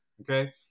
Okay